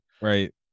Right